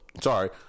sorry